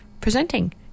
presenting